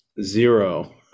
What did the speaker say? Zero